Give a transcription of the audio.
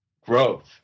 Growth